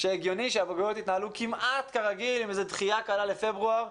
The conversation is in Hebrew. שהגיוני שהבגרויות יתנהלו כמעט כרגיל עם איזו דחייה קלה לפברואר,